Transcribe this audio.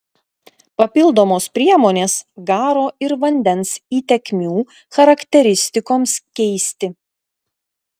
papildomos priemonės garo ir vandens įtekmių charakteristikoms keisti